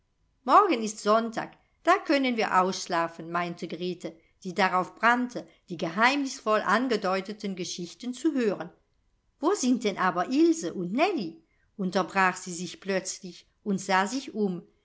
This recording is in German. morgen ist sonntag da können wir ausschlafen meinte grete die darauf brannte die geheimnisvoll angedeuteten geschichten zu hören wo sind denn aber ilse und nellie unterbrach sie sich plötzlich und sah sich um